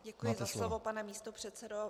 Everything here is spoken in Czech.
Děkuji za slovo, pane místopředsedo.